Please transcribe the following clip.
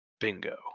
bingo